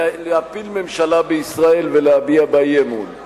להפיל ממשלה בישראל ולהביע אי-אמון בה.